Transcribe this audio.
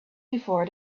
before